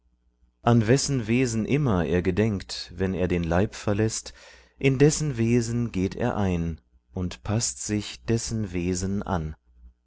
an wessen wesen immer er gedenkt wenn er den leib verläßt in dessen wesen geht er ein und paßt sich dessen wesen an